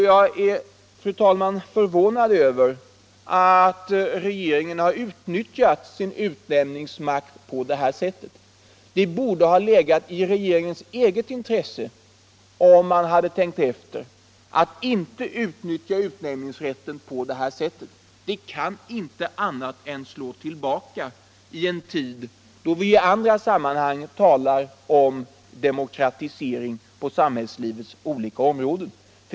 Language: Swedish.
Jag är, fru talman, förvånad över att regeringen har utnyttjat sin utnämningsmakt på det här sättet. Det borde ha legat i regeringens eget intresse, om man hade tänkt efter, att inte utnyttja utnämningsrätten på detta sätt. Det kan inte annat än slå tillbaka i en tid då man i andra sammanhang talar om demokratisering på samhällslivets olika områden.